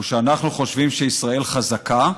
הוא שאנחנו חושבים שישראל חזקה,